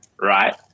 right